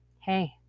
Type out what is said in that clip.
hey